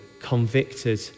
convicted